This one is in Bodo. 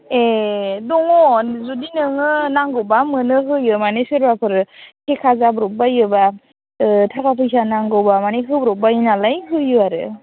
ए दङ जुदि नोङो नांगौबा मोनो होयो माने सोरबाफोर थेखा जाब्रबबायोबा थाखा फैसा नांगौबा माने होब्रबबायो नालाय होयो आरो